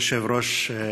מכובדי היושב-ראש,